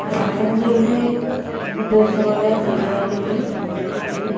പാചകം ചെയ്ത് ഉദ്ദേശിച്ചപോലെ ശരിയായില്ലെങ്കിൽ അത്